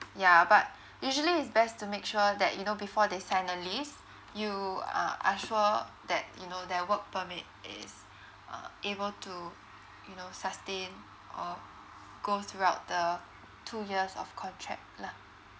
yeah but usually is best to make sure that you know before they send a list you are are sure that you know their work permit is uh able to you know sustain or go throughout the two years of contract lah